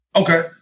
Okay